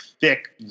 thick